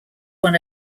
one